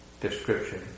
description